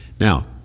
Now